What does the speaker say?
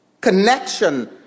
connection